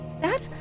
dad